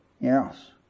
Yes